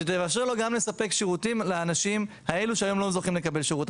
שתאפשר לו גם לאנשים האלו שהיום לא זוכים לקבל שירות.